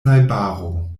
najbaro